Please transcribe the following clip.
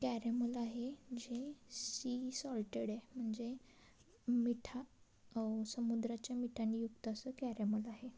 caramel आहे जे sea salted आहे म्हणजे मीठ समुद्राच्या मिठाने युक्त असं कॅरेमोल आहे